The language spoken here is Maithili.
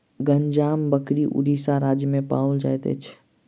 गंजाम बकरी उड़ीसा राज्य में पाओल जाइत अछि